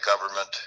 government